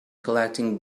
collecting